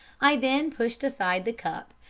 i then pushed aside the cup,